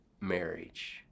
marriage